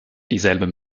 dieselben